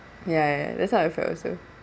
ya ya ya that's what I feel also